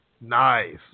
nice